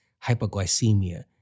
hypoglycemia